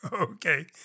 okay